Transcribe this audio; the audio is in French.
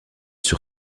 sur